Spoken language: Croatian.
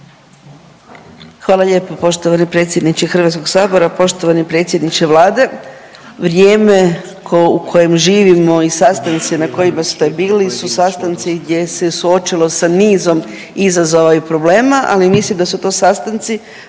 Hvala lijepa. Poštovani predsjedniče HS-a, poštovani predsjedniče Vlade. Vrijeme u kojem živimo i sastanci na kojima ste bili su sastanci gdje se suočilo sa nizom izazova i problema, ali mislim da su to sastanci